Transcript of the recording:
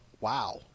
wow